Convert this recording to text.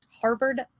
Harvard